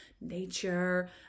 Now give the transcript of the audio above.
nature